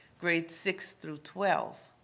grades six through twelve.